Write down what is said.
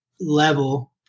level